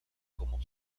como